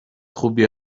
خوبی